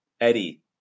Eddie